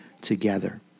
together